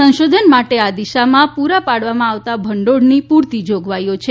સંશોધન માટે આ દિશામાં પૂરા પાડવામાં આવતા ભંડોળની પૂરતી ોગવાઈઓ છે